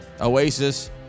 Oasis